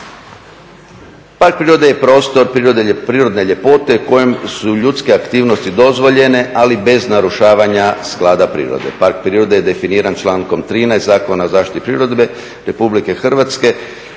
Parko prirode je prostor prirodne ljepote u kojem su ljudske aktivnosti dozvoljene, ali bez narušavanja sklada prirode. Park prirode je definiran člankom 13. Zakona o zaštiti prirode RH, prostorno